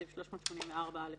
בסעיף 384א,